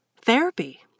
therapy